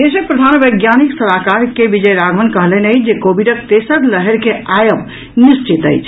देशक प्रधान वैज्ञानिक सलाहकार के विजय राघवन कहलनि अछि जे कोविडक तेसर लहर के आयब निश्चित अछि